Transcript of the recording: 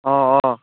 অঁ অঁ